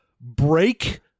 break